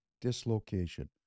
dislocation